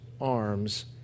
arms